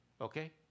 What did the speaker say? Okay